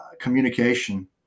communication